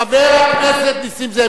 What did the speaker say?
חבר הכנסת נסים זאב,